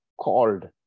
called